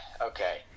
Okay